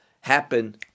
happen